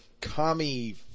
commie